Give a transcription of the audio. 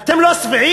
אתם לא שבעים?